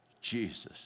Jesus